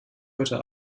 heute